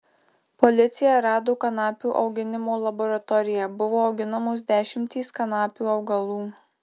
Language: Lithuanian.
policija rado kanapių auginimo laboratoriją buvo auginamos dešimtys kanapių augalų